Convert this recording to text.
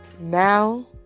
now